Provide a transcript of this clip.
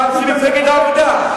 פעם של מפלגת העבודה.